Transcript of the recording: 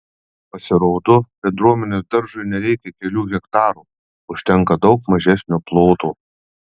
pasirodo bendruomenės daržui nereikia kelių hektarų užtenka daug mažesnio ploto